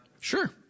Sure